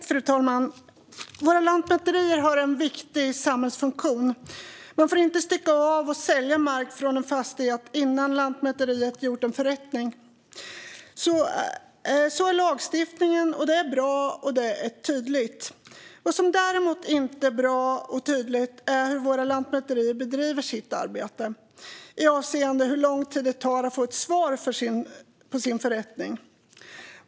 Fru talman! Våra lantmäterier har en viktig samhällsfunktion. Man får inte stycka av och sälja mark från en fastighet innan Lantmäteriet gjort en förrättning. Så är lagstiftningen, och det är bra och tydligt. Vad som däremot inte är bra och tydligt är hur våra lantmäterier bedriver sitt arbete avseende hur lång tid det tar att få ett svar på sin förrättning.